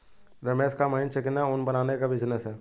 रमेश का महीन चिकना ऊन बनाने का बिजनेस है